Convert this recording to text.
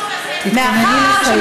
איך ועדת שרים לחקיקה אמרה נגד והם בעד?